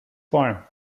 farm